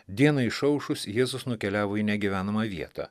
dienai išaušus jėzus nukeliavo į negyvenamą vietą